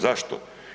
Zašto?